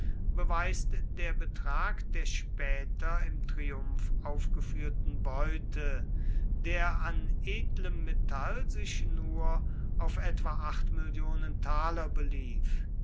beweist der betrag der später im triumph aufgeführten beute der an edlem metall sich nur auf etwa mill taler belief